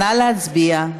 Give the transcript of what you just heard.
נא להצביע.